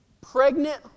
pregnant